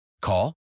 Call